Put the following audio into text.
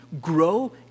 grow